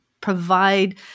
provide